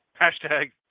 Hashtag